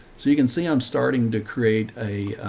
so you can see i'm starting to create a,